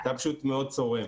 זה היה פשוט מאוד צורם.